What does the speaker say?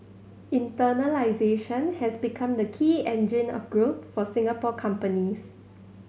has become the key engine of growth for Singapore companies